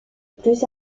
plus